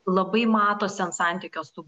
labai matosi ant santykio su